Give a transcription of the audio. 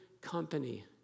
company